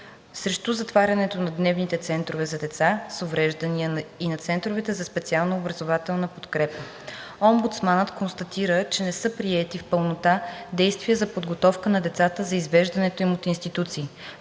срещу затварянето на дневните центрове за деца с увреждания и на центровете за специална образователна подкрепа. Омбудсманът констатира, че не са предприети в пълнота действия за подготовка на децата за извеждането им от институции.